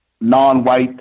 non-white